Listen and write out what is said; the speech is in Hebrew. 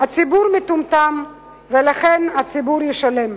"הציבור מטומטם ולכן הציבור ישלם".